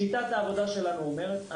שיטת העבודה שלנו אומרת,